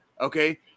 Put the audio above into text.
okay